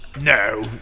No